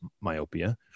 myopia